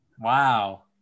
Wow